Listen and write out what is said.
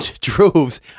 droves